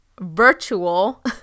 virtual